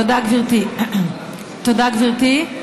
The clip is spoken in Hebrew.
תודה, גברתי.